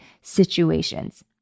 situations